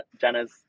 Jenna's